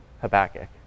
Habakkuk